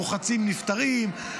רוחצים נפטרים.